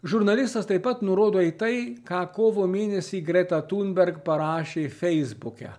žurnalistas taip pat nurodo į tai ką kovo mėnesį greta tunberg parašė feisbuke